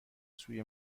سوی